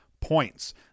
points